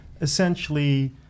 essentially